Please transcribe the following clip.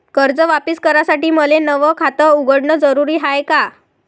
कर्ज वापिस करासाठी मले नव खात उघडन जरुरी हाय का?